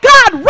God